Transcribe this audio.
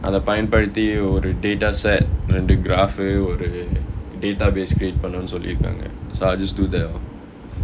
அத பயன்படுத்தி ஒரு:atha payanpaduthi oru data set ரெண்டு:rendu graph ஒரு:oru database create பன்னனு சொல்லிருக்காங்க:pannanu sollirukkaanga so I just do that lor